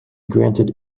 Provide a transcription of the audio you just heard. granted